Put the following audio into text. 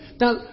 Now